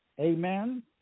Amen